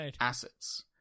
assets